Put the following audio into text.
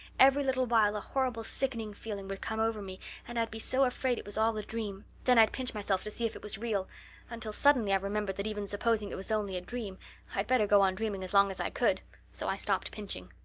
every little while a horrible sickening feeling would come over me and i'd be so afraid it was all a dream. then i'd pinch myself to see if it was real until suddenly i remembered that even supposing it was only a dream i'd better go on dreaming as long as i could so i stopped pinching.